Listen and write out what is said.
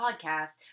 podcast